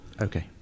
okay